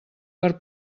per